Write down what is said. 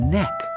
neck